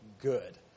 good